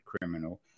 criminal